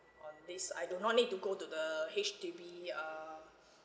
on this I do not need to go to the the H_D_B err